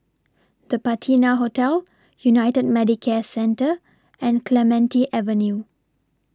The Patina Hotel United Medicare Centre and Clementi Avenue